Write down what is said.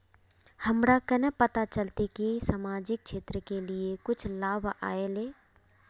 हमरा केना पता चलते की सामाजिक क्षेत्र के लिए कुछ लाभ आयले?